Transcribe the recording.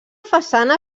façana